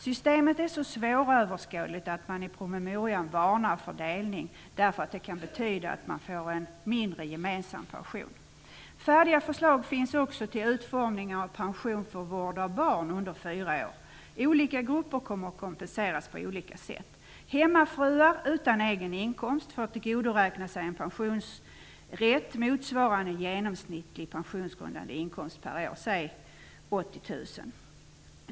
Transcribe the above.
Systemet är så svåröverskådligt att man i promemorian varnar för delning därför att det kan betyda att man får en mindre gemensam pension. Färdiga förslag finns också till utformningen av pension för vård av barn under fyra år. Olika grupper kommer att kompenseras på olika sätt. Hemmafruar utan egen inkomst får tillgodoräkna sig en pensionsrätt motsvarande en genomsnittlig pensionsgrundande inkomst per år, säg 80 000 kr.